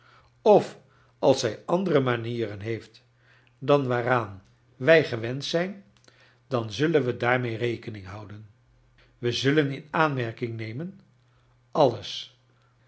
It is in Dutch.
of als zij andere manieren heeft dan waaraan w gewend zijn dan zullen wij daarmte rekening houden wij zullen in aanmerking nemen alles